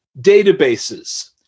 databases